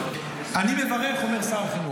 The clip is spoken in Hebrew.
אני מברך, אומר שר החינוך,